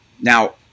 Now